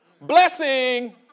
blessing